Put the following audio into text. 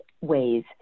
ways